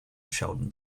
sheldon